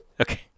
Okay